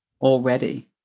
already